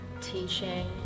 teaching